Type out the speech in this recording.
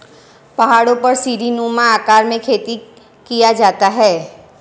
पहाड़ों पर सीढ़ीनुमा आकार में खेती किया जाता है